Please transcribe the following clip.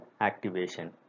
activation